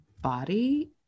body